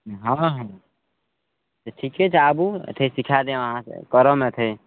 हँ हँ से ठीके छै आबू एथे सिखाय देब अहाँके करम एथे